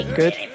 good